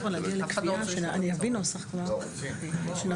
יש לנו